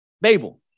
Babel